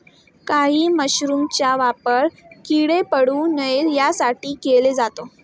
काही मशरूमचा वापर किडे पडू नये यासाठी केला जातो